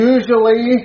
Usually